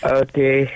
okay